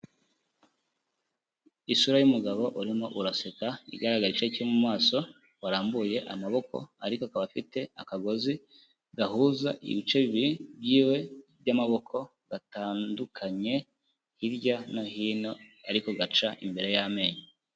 Isura y'umugabo urimo uraseka, ugaragara igice cyo mu maso, warambuye amaboko, ariko akaba afite akagozi gahuza ibice bibiri byiwe by'amaboko, gatandukanye hirya no hino ariko gaca imbere y'amenyo.